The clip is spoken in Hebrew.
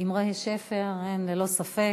אמרי שפר ללא ספק.